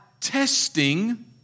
testing